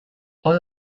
all